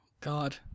God